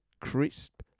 crisp